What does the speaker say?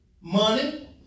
money